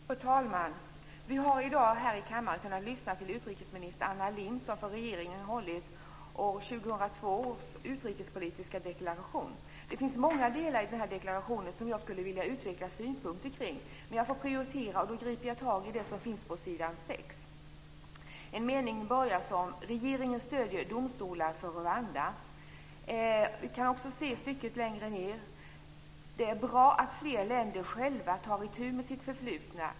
Fru talman! Vi har i dag i kammaren lyssnat på utrikesminister Anna Lindh som å regeringens vägnar har avlämnat den utrikespolitiska deklarationen för år 2002. Det finns många delar i deklarationen som jag vill utveckla synpunkter kring, men jag får prioritera. Då griper jag tag i det som framfördes om att regeringen stöder FN:s domstol om Rwanda. Längre fram sades att det är bra att fler länder själva tar itu med sitt förflutna.